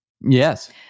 Yes